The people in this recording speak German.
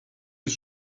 ist